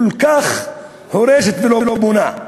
כל כך הורסת ולא בונה.